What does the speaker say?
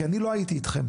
כי אני לא הייתי אתכם.